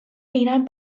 hunan